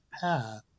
path